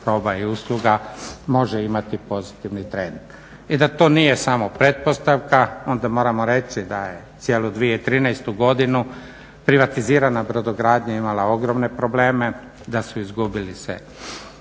roba i usluga može imati pozitivan trend i da to nije samo pretpostavka onda moramo reći da je cijelu 2013. godinu privatizirana brodogradnja imala ogromne probleme, da su izgubili se